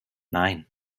nein